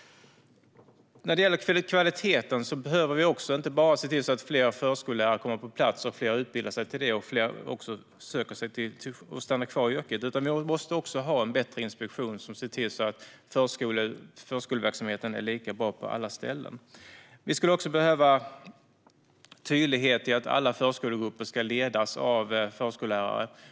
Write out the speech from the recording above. När det gäller kvaliteten behöver vi inte bara se till att fler förskollärare kommer på plats och fler utbildar sig till det och stannar kvar i yrket. Vi måste också ha en bättre inspektion som ser till att förskoleverksamheten är lika bra på alla ställen. Vi skulle också behöva tydlighet när det gäller att alla förskolegrupper ska ledas av förskollärare.